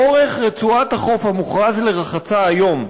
אורך רצועת החוף המוכרז לרחצה היום,